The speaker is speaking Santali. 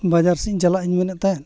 ᱵᱟᱡᱟᱨ ᱥᱮᱫ ᱪᱟᱞᱟᱜ ᱤᱧ ᱢᱮᱱᱮᱫ ᱛᱟᱦᱮᱸᱫ